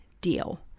deal